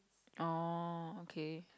orh okay